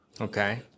Okay